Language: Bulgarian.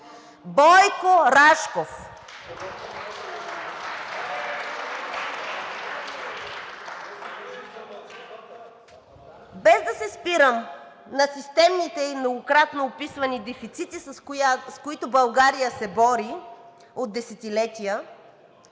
от ГЕРБ-СДС.) Без да се спирам на системните и многократно описвани дефицити, с които България се бори от десетилетия,